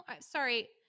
Sorry